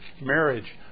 marriage